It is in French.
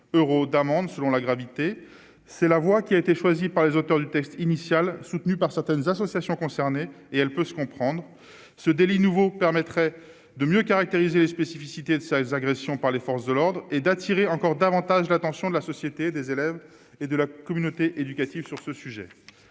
euros d'amende selon la gravité, c'est la voie qui a été choisie par les auteurs du texte initial, soutenu par certaines associations concernées et elle peut se comprendre ce délit nouveau permettrait de mieux caractériser les spécificités de ces agressions par les forces de l'ordre et d'attirer encore davantage l'attention de la société des élèves et de la communauté éducative sur ce sujet,